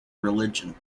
religion